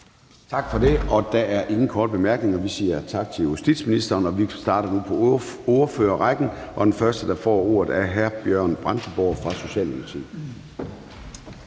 Tak for det. Der er ingen korte bemærkninger. Vi siger tak til justitsministeren og starter nu på ordførerrækken. Den første, der får ordet, er hr. Bjørn Brandenborg fra Socialdemokratiet.